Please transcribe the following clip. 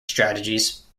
strategies